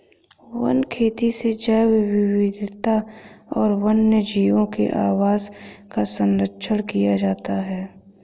one खेती से जैव विविधता और वन्यजीवों के आवास का सरंक्षण किया जाता है